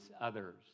others